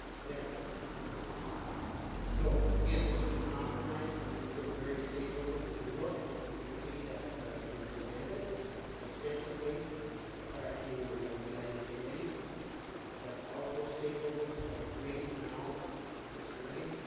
benefit holders so again this was a compromise between the various stakeholders if you look you can see that it was amended extensively prior to and when we got into committee but all of those stakeholders have agreed now with this wording,